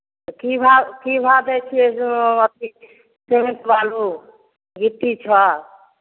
तऽ की भाव की भाव दै छियै जे ओ अथी सिमेंट बालू गिट्टी छर